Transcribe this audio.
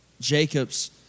Jacob's